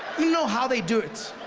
know how they do it.